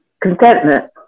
contentment